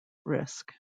risk